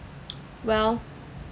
well